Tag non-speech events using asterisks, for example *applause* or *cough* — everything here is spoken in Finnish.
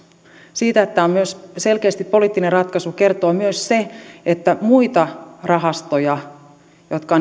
siitä että tämä on selkeästi poliittinen ratkaisu kertoo myös se että muita rahastoja jotka *unintelligible*